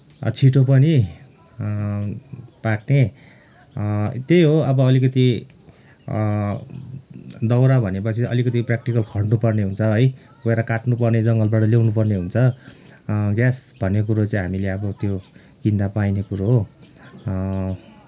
छिटो पनि पाक्ने त्यही हो अब अलिकति दाउरा भनेपछि अलिकति प्राक्टिकल खट्नुपर्ने हुन्छ है गएर काट्नुपर्ने जङ्गलबाट ल्याउनुपर्ने हुन्छ ग्यास भन्ने कुरो चाहिँ हामीले अब त्यो किन्दा पाइने कुरो हो